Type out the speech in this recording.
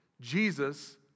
Jesus